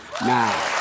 now